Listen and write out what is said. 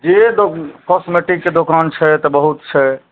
जे दो कौस्टमेटिकके दोकान छै तऽ बहुत छै